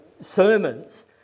sermons